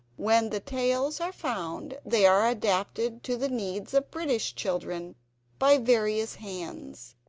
when the tales are found they are adapted to the needs of british children by various hands,